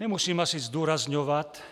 Nemusím asi zdůrazňovat,